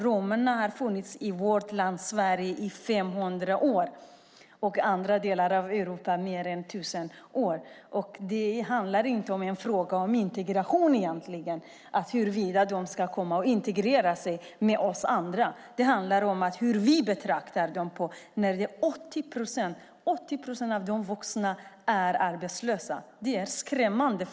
Romerna har funnits i vårt land Sverige i 500 år och i andra delar av Europa i mer än 1 000 år. Därför är detta inte egentligen en fråga om integration - om romerna ska integreras med oss andra - utan om hur vi betraktar dem. 80 procent av de vuxna romerna är arbetslösa. Det är skrämmande.